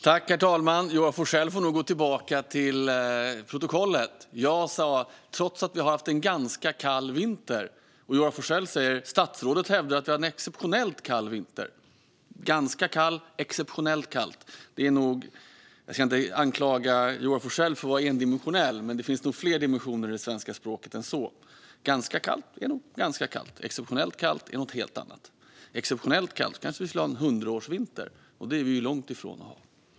Herr talman! Joar Forssell får nog gå tillbaka till protokollet. Jag sa att vi har haft en "ganska kall" vinter. Joar Forssell säger att statsrådet hävdar att vi har en "exceptionellt kall" vinter. Ganska kall - exceptionellt kall. Jag ska inte anklaga Joar Forssell för att vara endimensionell, men det finns nog fler dimensioner i det svenska språket än så. Ganska kallt är ganska kallt; exceptionellt kallt är något helt annat. Vore det exceptionellt kallt skulle vi väl ha en hundraårsvinter, och det är vi långt ifrån.